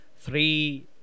three